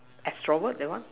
extrovert that one